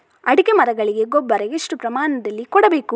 ಅಡಿಕೆ ಮರಗಳಿಗೆ ಗೊಬ್ಬರ ಎಷ್ಟು ಪ್ರಮಾಣದಲ್ಲಿ ಕೊಡಬೇಕು?